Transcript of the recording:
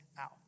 out